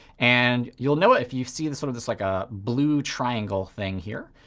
and you'll know it if you see this sort of this like ah blue triangle thing here.